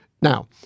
Now